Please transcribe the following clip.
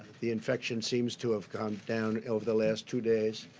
the infection seems to have gone down over the last two days,